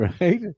Right